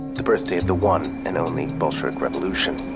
the birthday of the one and only, bolshevik revolution.